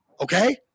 Okay